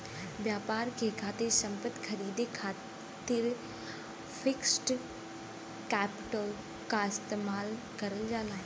व्यापार के खातिर संपत्ति खरीदे खातिर फिक्स्ड कैपिटल क इस्तेमाल करल जाला